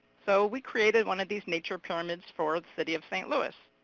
so we created one of these nature pyramids for the city of st. louis.